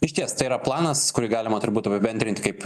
išties tai yra planas kurį galima turbūt apibendrint kaip